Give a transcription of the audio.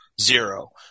Zero